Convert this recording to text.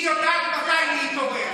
היא יודעת מתי להתעורר.